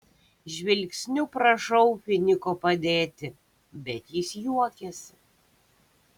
žvilgsniu prašau finiko padėti bet jis juokiasi